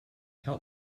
help